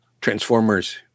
Transformers